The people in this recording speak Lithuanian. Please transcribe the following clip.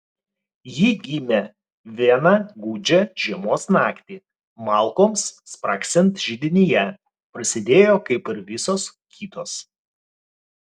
ji gimė vieną gūdžią žiemos naktį malkoms spragsint židinyje prasidėjo kaip ir visos kitos